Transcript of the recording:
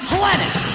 Planet